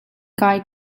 kai